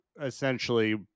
essentially